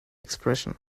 expression